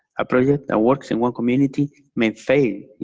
a project that works in one community may fail